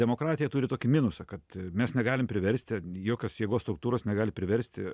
demokratija turi tokį minusą kad mes negalim priversti jokios jėgos struktūros negali priversti